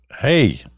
hey